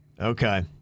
Okay